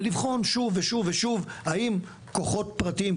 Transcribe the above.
ולבחון שוב ושוב ושוב האם כוחות פרטיים,